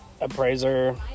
appraiser